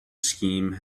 scheme